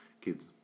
kids